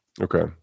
Okay